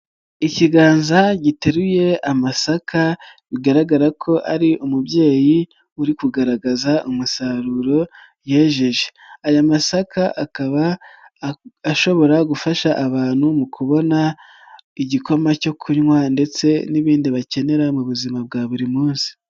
Ikiganza giteruye amasaka bigaragara ko ari umubyeyi uri kugaragaza umusaruro yejeje, aya masaka akaba ashobora gufasha abantu mu kubona igikoma cyo kunywa ndetse n'ibindi bakenera mu buzima bwa buri munsi.